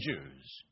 Jews